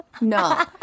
No